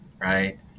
right